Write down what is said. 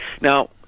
Now